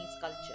culture